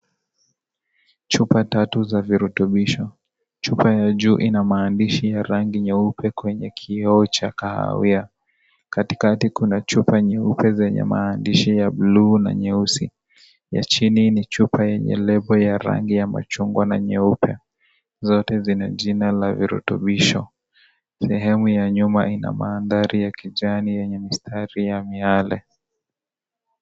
Chupa tatu za virutubisho, chupa ya juu ina maandishi ya rangi nyeupe kwenye kioo cha kahawia. Katikati kuna chupa nyeupe zenye maandishi ya buluu na nyeusi. Ya chini ni chupa yenye lebo ya rangi ya machungwa na nyeupe. Zote zina jina la virutubisho. Sehemu ya nyuma ina mandhari ya kijani yenye mistari ya miale.